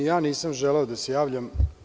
Ni ja nisam želeo da se javljam.